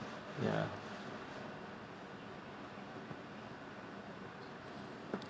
ya